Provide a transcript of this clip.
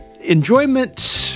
enjoyment